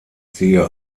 sehe